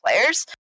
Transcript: players